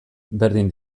berdin